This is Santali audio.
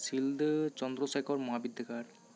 ᱥᱤᱞᱫᱟᱹ ᱪᱚᱱᱫᱚᱨ ᱥᱮᱠᱷᱚᱨ ᱢᱚᱦᱟ ᱵᱤᱫᱫᱟᱹᱜᱟᱲ